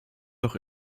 auch